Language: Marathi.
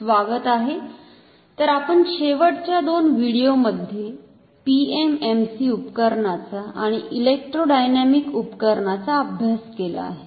स्वागत आहे तर आपण शेवटच्या दोन व्हिडीओमध्ये PMMC उपकरणाचा आणि इलेक्ट्रोडायनॅमिक उपकरणाचा अभ्यास केला आहे